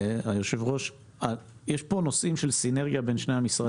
יש פה נושאים של סינרגיה בין שני המשרדים.